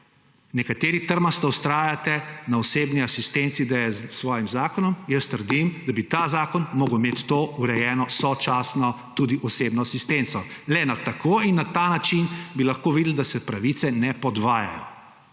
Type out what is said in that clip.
nekateri trmasto vztrajate na osebni asistenci, s svojim zakonom, jaz trdim, da bi ta zakon moral imeti to urejeno sočasno tudi osebno asistenco. Le tako in na ta način bi lahko videli, da se pravice ne podvajajo.